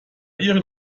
ihren